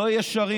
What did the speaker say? לא ישרים.